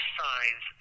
signs